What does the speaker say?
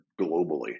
globally